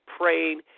praying